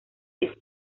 rice